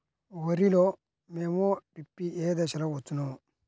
వరిలో మోము పిప్పి ఏ దశలో వచ్చును?